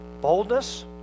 boldness